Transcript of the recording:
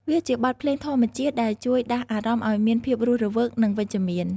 វាជាបទភ្លេងធម្មជាតិដែលជួយដាស់អារម្មណ៍ឱ្យមានភាពរស់រវើក និងវិជ្ជមាន។